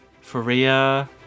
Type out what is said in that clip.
faria